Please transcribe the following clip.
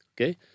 Okay